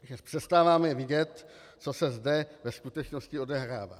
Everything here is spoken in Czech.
Že přestáváme vidět, co se zde ve skutečnosti odehrává.